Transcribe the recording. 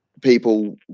people